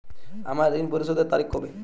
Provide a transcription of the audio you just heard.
আমার ঋণ পরিশোধের তারিখ কবে?